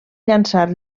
llançar